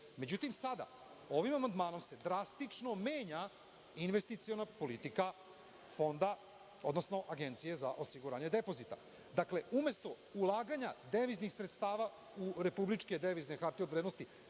sada ovim amandmanom se drastično menja investiciona politika Fonda, odnosno Agencije za osiguranje depozita. Dakle, umesto ulaganja deviznih sredstava u republičke devizne hartije od vrednosti,